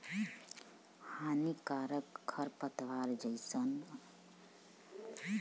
हानिकारक खरपतवार अइसन पौधा होला जौन बाकी पौधन क विकास रोक देवला